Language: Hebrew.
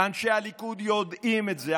אנשי הליכוד יודעים את זה.